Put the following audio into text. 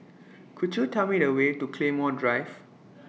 Could YOU Tell Me The Way to Claymore Drive